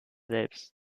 selbst